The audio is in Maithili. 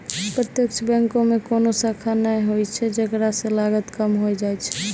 प्रत्यक्ष बैंको मे कोनो शाखा नै होय छै जेकरा से लागत कम होय जाय छै